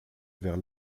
vers